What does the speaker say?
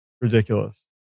ridiculous